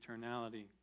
eternality